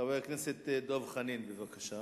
חבר הכנסת דב חנין, בבקשה.